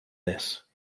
this